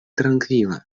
trankvila